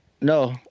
No